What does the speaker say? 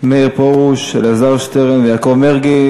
מאיר פרוש, אלעזר שטרן ויעקב מרגי.